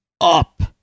up